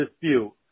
dispute